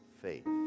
faith